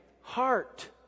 heart